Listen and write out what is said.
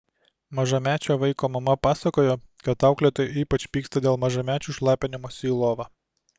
mažamečio vaiko mama pasakojo kad auklėtoja ypač pyksta dėl mažamečių šlapinimosi į lovą